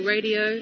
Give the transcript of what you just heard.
Radio